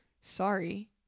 sorry